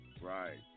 Right